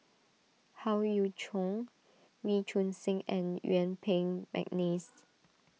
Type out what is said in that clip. Howe Yoon Chong Wee Choon Seng and Yuen Peng McNeice